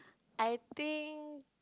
I think